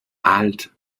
alt